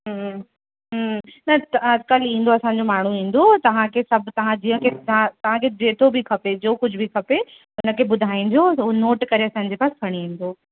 हूं हूं न त कल्ह ईंदो असांजो माण्हू ईंदो तव्हांखे सभु तव्हां जीअं के तव्हां तव्हांखे जेतिरो बि खपे जो कुझु बि खपे उनखे ॿुधाईंजो त हो नोट करे असांजे पास खणी ईंदो